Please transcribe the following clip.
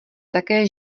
také